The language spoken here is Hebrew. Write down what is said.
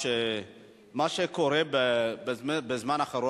האם זה חינוך?